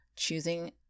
Choosing